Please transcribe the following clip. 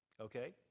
Okay